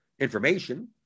information